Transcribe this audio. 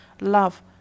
love